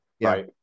right